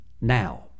now